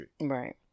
Right